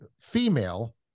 female